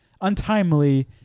untimely